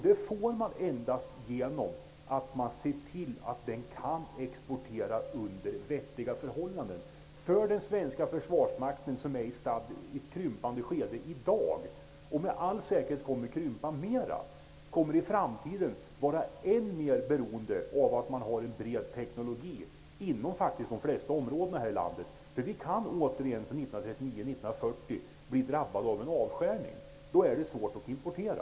Det får man endast genom att se till att den kan exportera under vettiga förhållanden. Den svenska försvarsmakten, som är i ett krympande skede i dag och med all säkerhet kommer att krympa mera, kommer i framtiden att vara än mer beroende av att det finns en bred teknologi inom de flesta områden här i landet. Vi kan återigen, som 1939--1940, bli drabbade av en avspärrning. Då är det svårt att importera.